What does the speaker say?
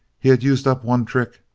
he had used up one trick,